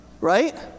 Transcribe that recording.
right